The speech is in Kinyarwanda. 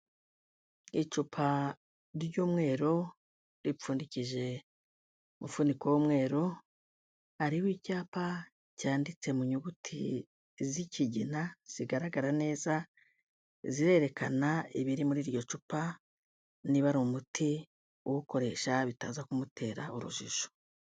Icupa ry'umweru ripfundikije umufuniko w'umweru, hariho icyapa cyanditse mu nyuguti z'ikigina zigaragara neza, zirerekana ibiri muri iryo cupa, niba ari umuti, uwukoresha bitaza kumutera urujijo.